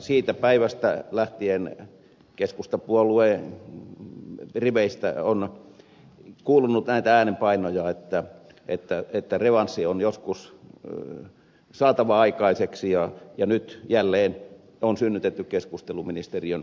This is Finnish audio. siitä päivästä lähtien keskustapuolueen riveistä on kuulunut näitä äänenpainoja että revanssi on joskus saatava aikaiseksi ja nyt jälleen on synnytetty keskustelu ministeriön lakkauttamisesta